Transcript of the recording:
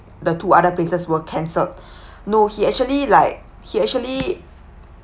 the two other places were cancelled no he actually like he actually